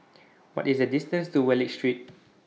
What IS The distance to Wallich Street